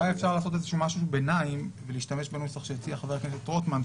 אולי אפשר לעשות משהו ביניים ולהשתמש בנוסח שהציע ח"כ רוטמן,